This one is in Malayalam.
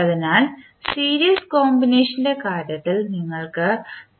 അതിനാൽ സീരീസ് കോമ്പിനേഷൻറെ കാര്യത്തിൽ നിങ്ങൾക്ക്